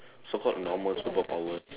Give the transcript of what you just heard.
so called normal superpower